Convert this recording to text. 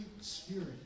Spirit